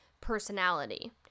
personality